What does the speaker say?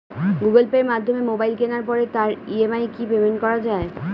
Google পের মাধ্যমে mobile কেনার পরে তার ই.এম.আই কি পেমেন্ট করা যায়?